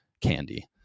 candy